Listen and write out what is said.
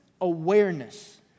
awareness